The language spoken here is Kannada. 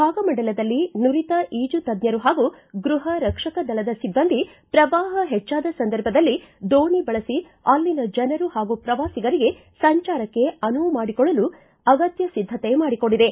ಭಾಗಮಂಡಲದಲ್ಲಿ ನುರಿತ ಈಜು ತಜ್ಞರು ಹಾಗೂ ಗೃಹ ರಕ್ಷಕದಳದ ಸಿಬ್ಬಂದಿ ಪ್ರವಾಪ ಹೆಚ್ಚಾದ ಸಂದರ್ಭದಲ್ಲಿ ದೋಣಿ ಬಳಸಿ ಅಲ್ಲಿನ ಜನರು ಹಾಗೂ ಪ್ರವಾಸಿಗರಿಗೆ ಸಂಚಾರಕ್ಕೆ ಅನುವು ಮಾಡಿಕೊಡಲು ಅಗತ್ಯ ಸಿದ್ಧತೆ ಮಾಡಿಕೊಂಡಿದೆ